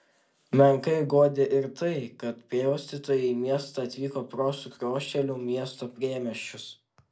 menkai guodė ir tai kad pjaustytojai į miestą atvyko pro sukriošėlių miesto priemiesčius